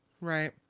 Right